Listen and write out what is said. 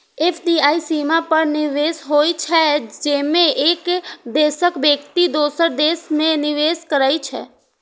FDI सीमा पार निवेश होइ छै, जेमे एक देशक व्यक्ति दोसर देश मे निवेश करै छै